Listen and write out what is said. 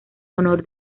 honor